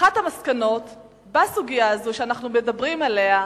אחת המסקנות בסוגיה הזאת שאנחנו מדברים עליה,